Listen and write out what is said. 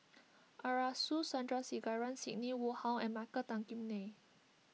Arasu Sandrasegaran Sidney Woodhull and Michael Tan Kim Nei